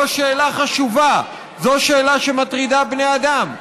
זו שאלה חשובה, זו שאלה שמטרידה בני אדם.